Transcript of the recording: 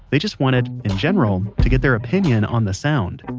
they just wanted, in general, to get their opinion on the sound.